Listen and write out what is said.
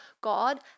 God